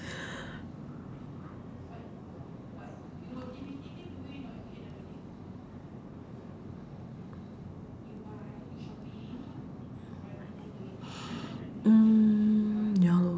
mm